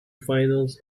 finals